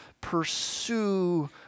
Pursue